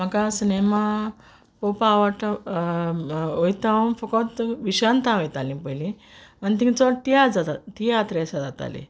म्हाका सिनेमा पोवपा आवडटा वोयता हांव फोकोत विशांतां वोयतालीं पोयलीं आनी तींग चोड तियात्र तियात्र अेश जाताले